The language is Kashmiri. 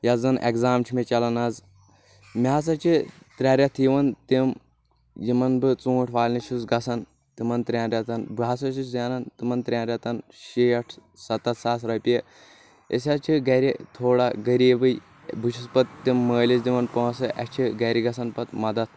یتھ زَن ایٚگزام چھُ مےٚ چلان آز مےٚ ہسا چھِ ترٛےٚ رٮ۪تھ یِوان تِم یمن بہٕ ژوٗنٛٹھۍ والنہِ چھُس گژھان تِمن ترٛٮ۪ن رٮ۪تن بہٕ ہسا چھُس زینان تِمن ترٛٮ۪ن رٮ۪تن شیٹھ ستتھ ساس رۄپیہِ أسۍ حظ چھِ گرِ تھوڑا غٔریبے بہٕ چھُس پتہ تِم مٲلِس دِوان پونٛسہٕ اسہِ چھِ گرِ گژھان پتہ مَدد